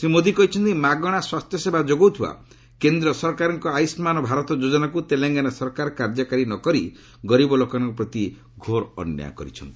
ଶ୍ରୀ ମୋଦି କହିଛନ୍ତି ମାଗଣା ସ୍ୱାସ୍ଥ୍ୟସେବା ଯୋଗାଉଥିବା କେନ୍ଦ୍ର ସରକାରଙ୍କ ଆୟୁଷ୍କାନ୍ ଭାରତ ଯୋଜନାକୁ ତେଲଙ୍ଗାନା ସରକାର କାର୍ଯ୍ୟକାରୀ ନ କରି ଗରିବ ଲୋକମାନଙ୍କ ପ୍ରତି ଘୋର ଅନ୍ୟାୟ କରିଛନ୍ତି